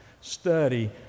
study